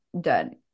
done